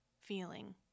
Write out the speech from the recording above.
feeling